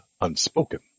unspoken